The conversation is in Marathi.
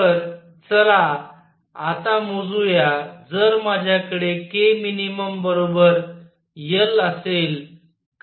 तर चला आता मोजुया जर माझ्याकडे k मिनिमम बरोबर 1 असेल तर का